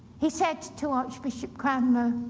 he said to archbishop cranmer,